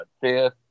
fifth